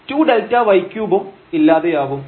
2Δy3 ഉം ഇല്ലാതെയാവും